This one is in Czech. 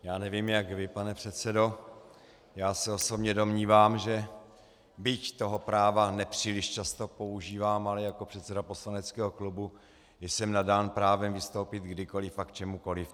Já nevím, jak vy, pane předsedo, já se osobně domnívám, že byť toho práva nepříliš často používám, ale jako předseda poslaneckého klubu jsem nadán právem vystoupit kdykoliv a k čemukoliv.